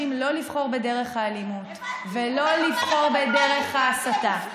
לאנשים לא לבחור בדרך האלימות ולא לבחור בדרך ההסתה.